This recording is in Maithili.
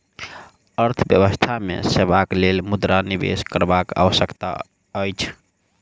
अर्थव्यवस्था मे सेवाक लेल मुद्रा निवेश करबाक आवश्यकता अछि